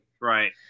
Right